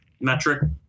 metric